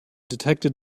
detected